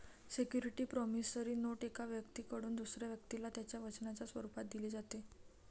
security promissory note एका व्यक्तीकडून दुसऱ्या व्यक्तीला त्याच्या वचनाच्या स्वरूपात दिली जाते